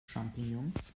champignons